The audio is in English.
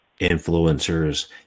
influencers